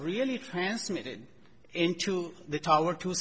really transmitted into the tower to